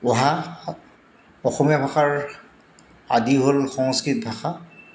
অহা অসমীয়া ভাষাৰ আদি হ'ল সংস্কৃত ভাষা